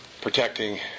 protecting